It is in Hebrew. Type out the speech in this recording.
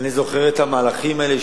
אני זוכר את המהלכים האלה,